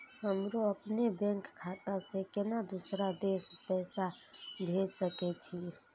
हमरो अपने बैंक खाता से केना दुसरा देश पैसा भेज सके छी?